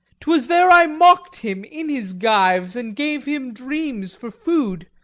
twas there i mocked him, in his gyves, and gave him dreams for food.